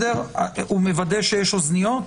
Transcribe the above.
הוא מוודא שיש אוזניות?